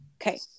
okay